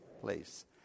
place